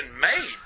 made